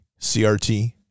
CRT